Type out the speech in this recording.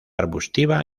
arbustiva